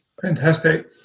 Fantastic